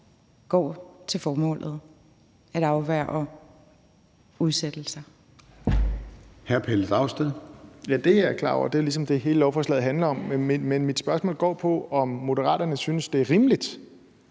Hr. Pelle Dragsted. Kl. 14:23 Pelle Dragsted (EL): Ja, det er jeg klar over, for det er ligesom det, hele lovforslaget handler om. Men mit spørgsmål går på, om Moderaterne synes, det er rimeligt,